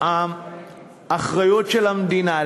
האחריות של המדינה,